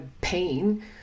pain